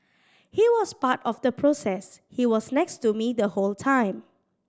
he was part of the process he was next to me the whole time